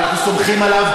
ואנחנו סומכים עליו,